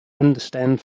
understand